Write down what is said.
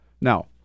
Now